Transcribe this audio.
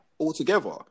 altogether